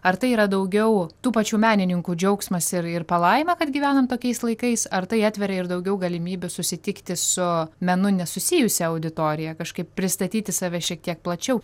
ar tai yra daugiau tų pačių menininkų džiaugsmas ir ir palaima kad gyvenam tokiais laikais ar tai atveria ir daugiau galimybių susitikti su menu nesusijusia auditorija kažkaip pristatyti save šiek tiek plačiau